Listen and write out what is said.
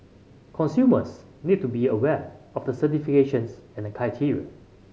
consumers need to be aware of the certifications and criteria